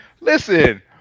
listen